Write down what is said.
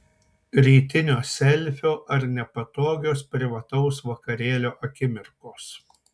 rytinio selfio ar nepatogios privataus vakarėlio akimirkos